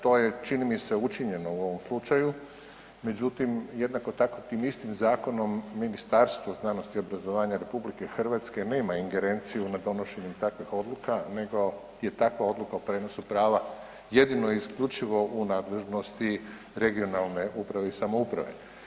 To je čini mi se učinjeno u ovom slučaju, međutim jednako tako tim istim zakonom Ministarstvo znanosti i obrazovanja RH nema ingerenciju nad donošenjem takvih odluka nego je takva odluka o prijenosu prava jedino i isključivo u nadležnosti regionalne uprave i samouprave.